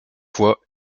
fois